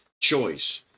choice